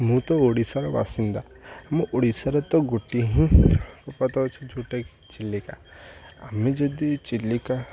ମୁଁ ତ ଓଡ଼ିଶାର ବାସିନ୍ଦା ଆମ ଓଡ଼ିଶାର ତ ଗୋଟିଏ ହିଁ ପ୍ରପାତ ଅଛି ଯେଉଁଟାକି ଚିଲିକା ଆମେ ଯଦି ଚିଲିକା